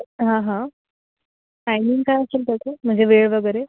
हां हां टायमिंग काय असेल त्याचं म्हणजे वेळ वगैरे